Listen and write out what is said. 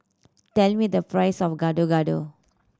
tell me the price of Gado Gado